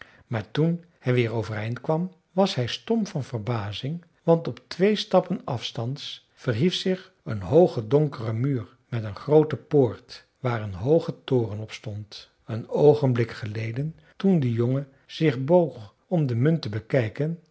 maar toen hij weer overeind kwam was hij stom van verbazing want op twee stappen afstands verhief zich een hooge donkere muur met een groote poort waar een hooge toren op stond een oogenblik geleden toen de jongen zich boog om de munt te bekijken